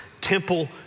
temple